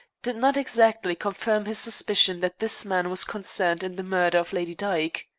did not exactly confirm his suspicion that this man was concerned in the murder of lady dyke.